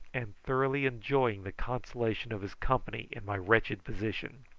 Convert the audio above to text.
and thoroughly enjoying the consolation of his company in my wretched position,